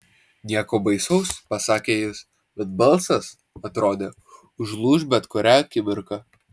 nieko baisaus pasakė jis bet balsas atrodė užlūš bet kurią akimirką